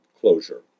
closure